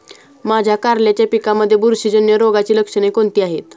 माझ्या कारल्याच्या पिकामध्ये बुरशीजन्य रोगाची लक्षणे कोणती आहेत?